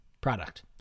Product